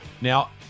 Now